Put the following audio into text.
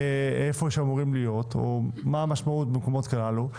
מה המשמעות במקומות הללו,